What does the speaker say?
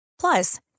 Plus